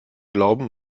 glauben